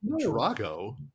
Drago